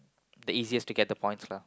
the easiest to get the points lah